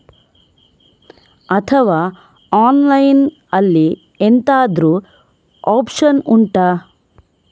ಅಥವಾ ಆನ್ಲೈನ್ ಅಲ್ಲಿ ಎಂತಾದ್ರೂ ಒಪ್ಶನ್ ಉಂಟಾ